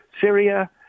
Syria